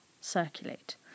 circulate